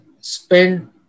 spend